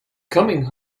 coming